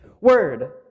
word